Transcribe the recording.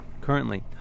Currently